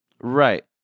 right